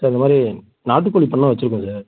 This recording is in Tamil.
சார் இந்த மாதிரி நாட்டுக் கோழி பண்ணை வச்சுருக்கோம் சார்